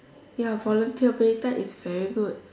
ya volunteer based that is very good